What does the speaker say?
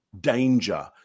danger